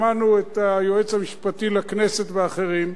שמענו את היועץ המשפטי לכנסת ואחרים.